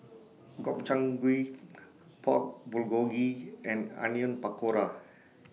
Gobchang Gui Pork Bulgogi and Onion Pakora